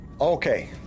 Okay